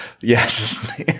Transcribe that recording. yes